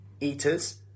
eaters